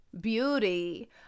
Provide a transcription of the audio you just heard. beauty